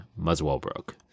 Muswellbrook